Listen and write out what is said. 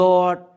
Lord